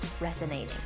resonating